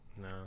No